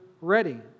ready